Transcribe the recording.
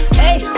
hey